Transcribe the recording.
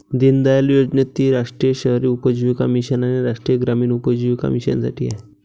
दीनदयाळ योजनेत ती राष्ट्रीय शहरी उपजीविका मिशन आणि राष्ट्रीय ग्रामीण उपजीविका मिशनसाठी आहे